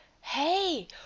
Hey